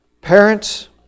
Parents